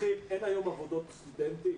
אין היום עבודות סטודנטים?